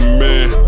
man